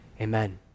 Amen